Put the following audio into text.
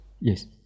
yes